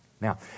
Now